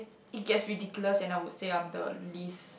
it gets ridiculous and I would say I'm the least